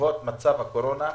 בעקבות מצב הקורונה,